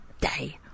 day